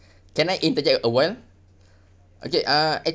can I interject awhile okay uh